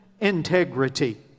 integrity